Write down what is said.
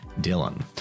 Dylan